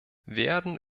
werden